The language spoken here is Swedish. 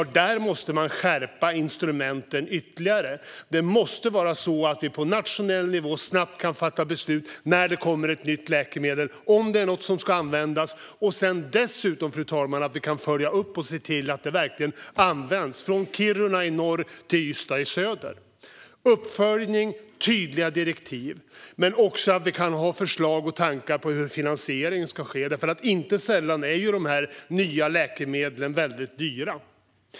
Där måste man skärpa instrumenten ytterligare. Det måste vara så att vi på nationell nivå snabbt kan fatta beslut när det kommer ett nytt läkemedel om det är något som ska användas. Dessutom, fru talman, måste vi kunna följa upp och se till att det verkligen används från Kiruna i norr till Ystad i söder. Det behövs uppföljning och tydliga direktiv men också att vi kan ha förslag och tankar om hur en finansiering ska ske. Inte sällan är de nya läkemedlen väldigt dyra.